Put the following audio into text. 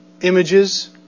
images